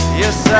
yes